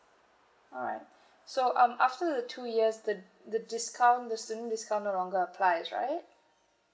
alright so um after the two years the the discount the student discount no longer applies right